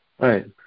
right